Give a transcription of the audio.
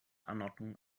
anordnungen